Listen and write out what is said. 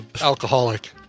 alcoholic